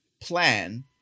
plan